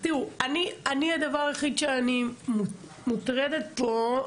אני אומר את זה גם באמת מהמקום שאני עסקתי בזה ביום-יום.